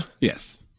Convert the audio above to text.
Yes